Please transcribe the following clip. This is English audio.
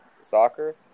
soccer